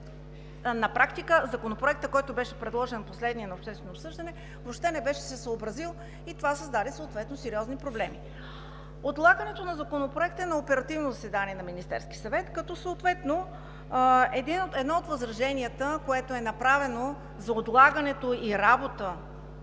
на практика последният Законопроект, който беше предложен на обществено обсъждане, въобще не беше се съобразил и това създаде сериозни проблеми. Отлагането на Законопроекта е на оперативно заседание на Министерския съвет, като едно от възраженията, което е направено за отлагането и работата